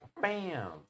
bam